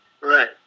Right